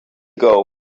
ago